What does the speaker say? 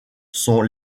sont